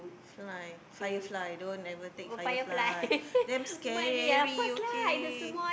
fly firefly don't ever take firefly damn scary okay